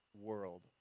world